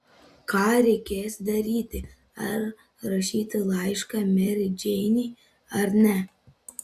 ką reikės daryti ar rašyti laišką merei džeinei ar ne